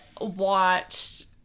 watched